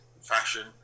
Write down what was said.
fashion